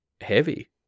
heavy